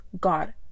God